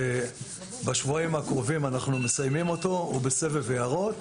הוא בסבב הערות